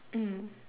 mm